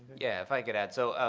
yeah, if i could add. so,